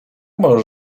możesz